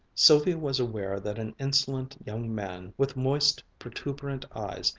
sylvia was aware that an insolent young man, with moist protuberant eyes,